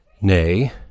nay